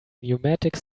pneumatic